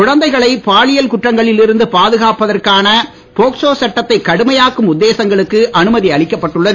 குழந்தைகளை பாலியல் குற்றங்களில் இருந்து பாதுகாப்பதற்கான போய்க்சோ சட்டத்தை கடுமையாக்கும் உத்தேசங்களுக்கு அனுமதி அளிக்கப்பட்டுள்ளது